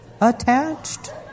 attached